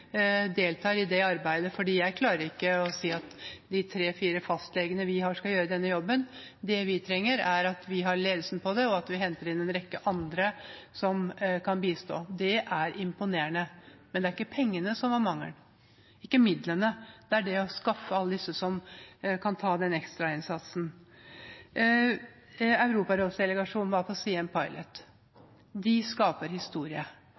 deltar i det arbeidet, for jeg klarer ikke å si at de tre–fire fastlegene vi har, skal gjøre denne jobben. Det vi trenger, er at vi har ledelsen på det, og at vi henter inn en rekke andre som kan bistå. Det er imponerende, men det var ikke pengene som var mangelen, ikke midlene – det var det å skaffe alle disse som kan gjøre den ekstra innsatsen. Europarådsdelegasjonen var på «Siem Pilot». De skaper historie.